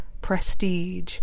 prestige